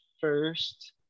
first